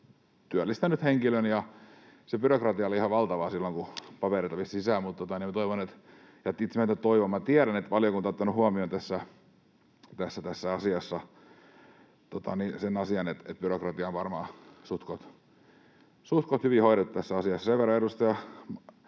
työllistänyt henkilön ja se byrokratia oli ihan valtava silloin, kun papereita vei sisään. Mutta minä toivon — itse asiassa minä en toivo, minä tiedän — että valiokunta on ottanut huomioon tässä asiassa sen, että byrokratia on varmaan suhtkoht hyvin hoidettu tässä asiassa. Sen verran